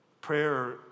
Prayer